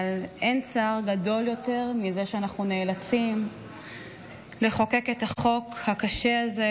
אבל אין צער גדול יותר מזה שאנחנו נאלצים לחוקק את החוק הקשה הזה,